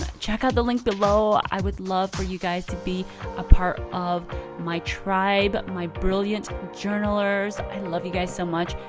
check out the link below. i would love for you guys to be a part of my tribe, my brilliant journalers. i and love you guys so much.